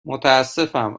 متاسفم